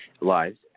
lives